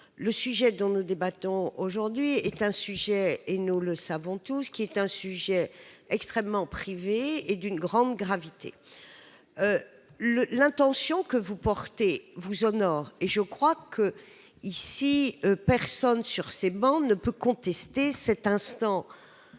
le sujet dont nous débattons aujourd'hui est un sujet et nous le savons tous ce qui est un sujet extrêmement privé et d'une grande gravité le l'intention que vous portez vous honore et je crois que, ici personne sur ces bancs ne peut contester cet instant